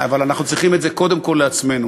אבל אנחנו צריכים את זה קודם כול לעצמנו,